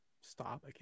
stop